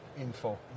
info